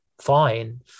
fine